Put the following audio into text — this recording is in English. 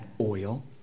oil